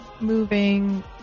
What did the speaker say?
moving